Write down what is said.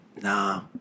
nah